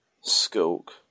Skulk